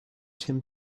tim